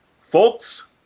Folks